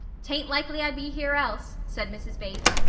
tain't likely i'd be here else, said mrs. bates,